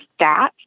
stats